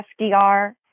FDR